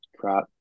crap